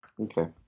Okay